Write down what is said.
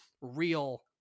real